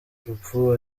urupfu